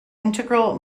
integral